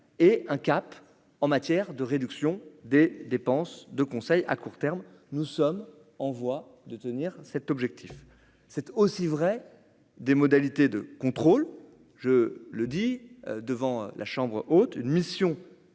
et un cap en matière de réduction des dépenses de conseil à court terme, nous sommes en voie de tenir cet objectif, c'est aussi vrai des modalités de contrôle, je le dis devant la chambre haute, une mission